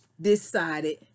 decided